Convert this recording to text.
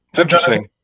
interesting